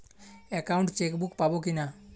Account chequebook পাবো কি না?